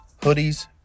hoodies